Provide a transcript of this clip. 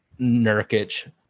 Nurkic